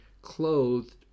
clothed